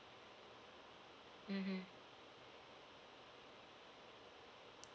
mmhmm